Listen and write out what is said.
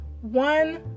one